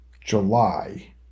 July